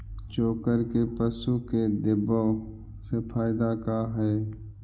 चोकर के पशु के देबौ से फायदा का है?